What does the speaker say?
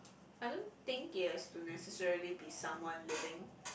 I don't think yes to necessarily be someone living